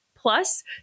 Plus